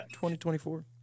2024